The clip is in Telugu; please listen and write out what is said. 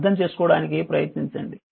అర్థం చేసుకోవడానికి ప్రయత్నించండి